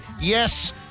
yes